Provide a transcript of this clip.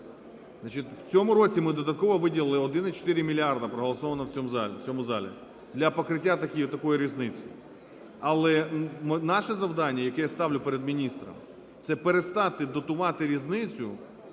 В цьому році ми додатково виділили 1,4 мільярди, проголосованих в цьому залі для покриття такої різниці. Але наше завдання, яке я ставлю перед міністрами, – це перестати дотувати різницю,